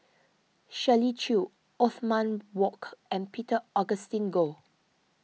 Shirley Chew Othman Wok and Peter Augustine Goh